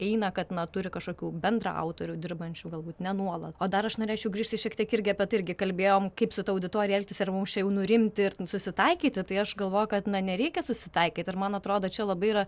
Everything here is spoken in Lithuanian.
eina kad na turi kažkokių bendraautorių dirbančių galbūt ne nuolat o dar aš norėčiau grįžti šiek tiek irgi apie tai irgi kalbėjom kaip su ta auditorija elgtis ar mums čia jau nurimti ir susitaikyti tai aš galvoju kad nereikia susitaikyt ir man atrodo čia labai yra